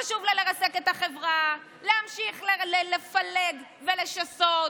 חשוב לה לרסק את החברה, להמשיך לפלג ולשסות,